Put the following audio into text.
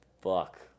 Fuck